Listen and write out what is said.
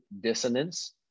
dissonance